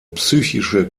psychische